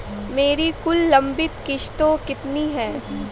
मेरी कुल लंबित किश्तों कितनी हैं?